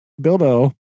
bilbo